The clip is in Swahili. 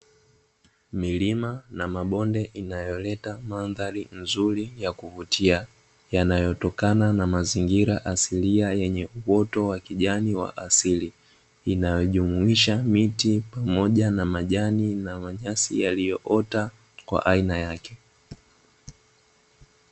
Milima na Mabonde inayoleta mandhali nzuri ya kuvutia, yanayotokana na mazingira asilia yenye uoto wa kijani wa asili, inayojumuisha miti pamoja na majani, na manyasi yaliyoota kwa aina yake.